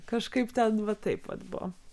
kažkaip ten va taip vat buvo